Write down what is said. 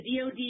DoD